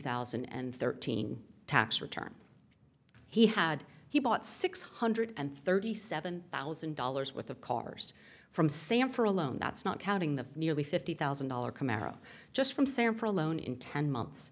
thousand and thirteen tax return he had he bought six hundred thirty seven thousand dollars worth of cars from sam for a loan that's not counting the nearly fifty thousand dollars camaro just from sam for a loan in ten months